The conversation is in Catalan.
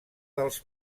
dels